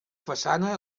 façana